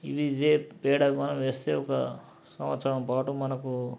ఇవి ఇదే పేడను మనం వేస్తే ఒక సంవత్సరం పాటు మనకు